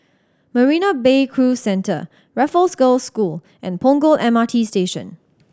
Marina Bay Cruise Centre Raffles Girls' School and Punggol M R T Station